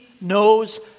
knows